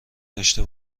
داشته